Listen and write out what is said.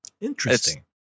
Interesting